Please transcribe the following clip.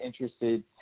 interested